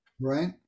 Right